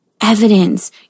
evidence